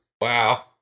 Wow